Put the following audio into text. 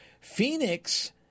Phoenix